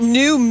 new